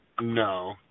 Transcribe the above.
No